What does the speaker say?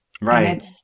Right